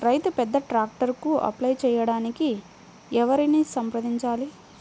రైతు పెద్ద ట్రాక్టర్కు అప్లై చేయడానికి ఎవరిని సంప్రదించాలి?